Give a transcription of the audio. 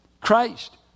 Christ